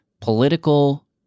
political